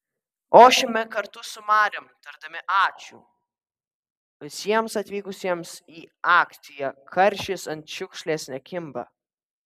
ošiame kartu su mariom tardami ačiū visiems atvykusiems į akciją karšis ant šiukšlės nekimba